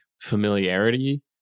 familiarity